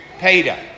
Peter